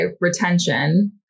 retention